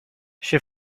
she